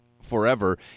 forever